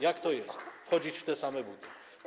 Jak to jest wchodzić w te same buty?